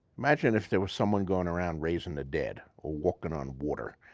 imagine if there was someone going around raising the dead or walking on water,